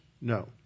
No